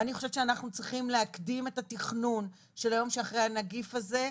ואני חושבת שאנחנו צריכים להקדים את התכנון של היום שאחרי הנגיף הזה.